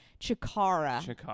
Chikara